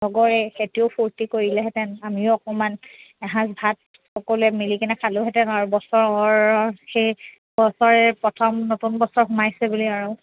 লগৰে সিহঁতেও ফূৰ্তি কৰিলেহেঁতেন আমিও অকণমান এসাঁজ ভাত সকলোৱে মিলি কিনে খালোহেঁতেন আৰু বছৰৰ সেই বছৰৰে প্ৰথম নতুন বছৰ সোমাইছে বুলি আৰু